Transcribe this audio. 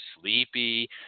sleepy